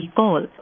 call